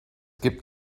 gibt